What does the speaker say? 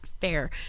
fair